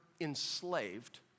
enslaved